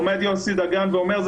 עומד יוסי דגן ואומר,